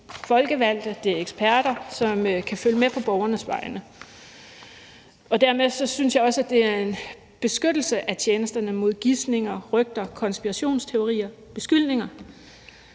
folkevalgte og eksperter, som kan følge med på borgernes vegne. Dermed synes jeg også, at det er en beskyttelse af tjenesterne mod gisninger, rygter, konspirationsteorier og beskyldninger.